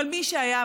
אבל מי שהיה,